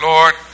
Lord